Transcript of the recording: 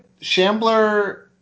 Shambler